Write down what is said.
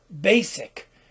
basic